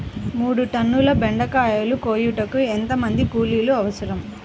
మూడు టన్నుల బెండకాయలు కోయుటకు ఎంత మంది కూలీలు అవసరం?